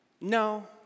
No